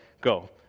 go